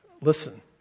Listen